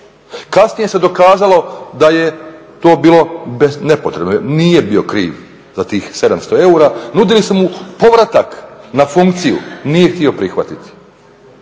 kasnije se dokazalo da je to bilo nepotrebno, nije bio kriv za tih 700 eura. Nudili su mu povratak na funkciju, nije htio prihvatiti.